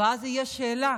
ואז תהיה שאלה: